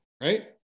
Right